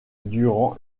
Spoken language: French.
durant